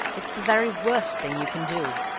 it's the very worst thing you can do.